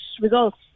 results